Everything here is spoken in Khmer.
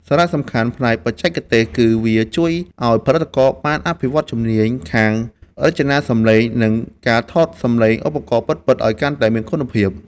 សារៈសំខាន់ផ្នែកបច្ចេកទេសគឺវាជួយឱ្យផលិតករបានអភិវឌ្ឍជំនាញខាង ការរចនាសំឡេង និងការថតសំឡេងឧបករណ៍ពិតៗឱ្យកាន់តែមានគុណភាព។